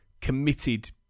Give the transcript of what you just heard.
committed